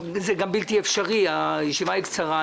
זה גם בלתי אפשרי, הישיבה היא קצרה.